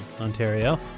Ontario